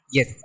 Yes